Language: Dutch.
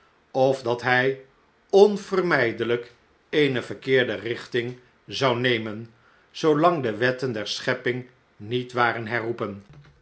of dat hij onvermijdelijk eene verkeerde richting zou nemen zoolang de wetten der schepping niet waren herroepen